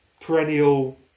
perennial